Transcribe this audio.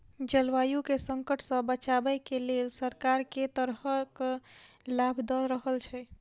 जलवायु केँ संकट सऽ बचाबै केँ लेल सरकार केँ तरहक लाभ दऽ रहल छै?